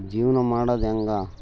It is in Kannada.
ಜೀವನ ಮಾಡೋದ್ ಹೆಂಗೆ